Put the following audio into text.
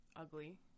ugly